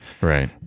Right